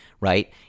right